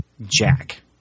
Jack